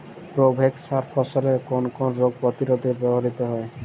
Provex সার ফসলের কোন কোন রোগ প্রতিরোধে ব্যবহৃত হয়?